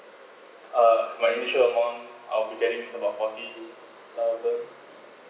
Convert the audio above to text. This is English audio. ah my initial amount I will be getting about forteen thousand